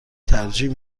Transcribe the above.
ترجیح